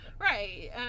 Right